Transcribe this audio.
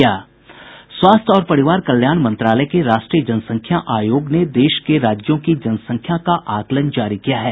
स्वास्थ्य और परिवार कल्याण मंत्रालय के राष्ट्रीय जनसंख्या आयोग ने देश के राज्यों की जनसंख्या का आकलन जारी किया है